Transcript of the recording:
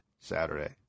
Saturday